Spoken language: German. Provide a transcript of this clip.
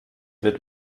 wird